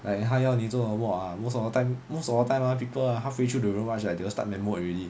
like 他要你做什么 ah most of the time most of the time ah people halfway through the route march right they will start man mode already